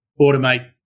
automate